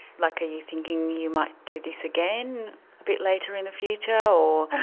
like, are you thinking you might do this again a bit later in the future or?